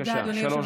בבקשה, שלוש דקות.